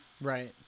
Right